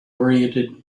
oriented